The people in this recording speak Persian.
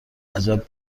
عجب